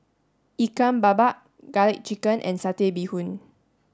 Ikan Bakar garlic chicken and satay bee Hoon